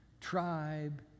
tribe